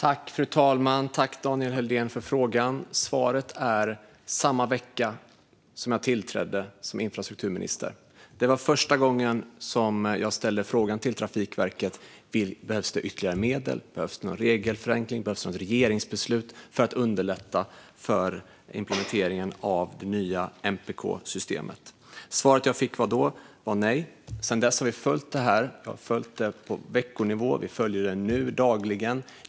Fru talman! Tack, Daniel Helldén, för frågan! Svaret är att samma vecka som jag tillträdde som infrastrukturminister ställde jag för första gången frågan till Trafikverket om det behövdes ytterligare medel, någon regelförenkling eller något regeringsbeslut för att underlätta implementeringen av det nya MPK-systemet. Svaret jag fick då var nej. Sedan dess har vi följt det här på veckonivå, och nu dagligen.